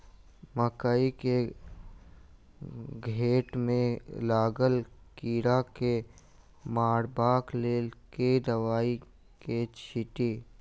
मकई केँ घेँट मे लागल कीड़ा केँ मारबाक लेल केँ दवाई केँ छीटि?